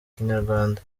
kinyarwanda